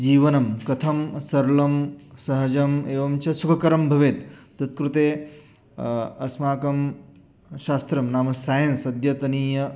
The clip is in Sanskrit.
जीवनं कथं सर्वं सहजम् एवं च सुखकरं भवेत् तत् कृते अस्माकं शास्त्रं नाम सैन्स् अद्यतनीयम्